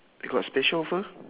they got special offer